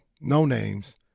no-names